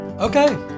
Okay